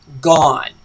gone